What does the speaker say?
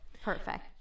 Perfect